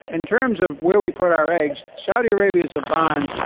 in terms of where we put our eggs, saudi arabia is a barn.